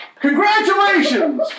Congratulations